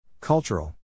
Cultural